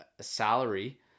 salary